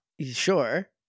Sure